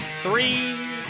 Three